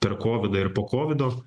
per kovidą ir po kovido